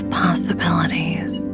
possibilities